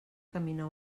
camina